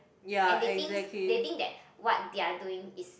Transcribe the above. and they thinks they think that what they are doing is